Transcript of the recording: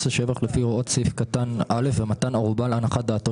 תשלום מס השבח לפי הוראות סעיף קטן (א) ומתן ערובה להנחת דעתו